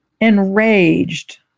enraged